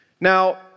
Now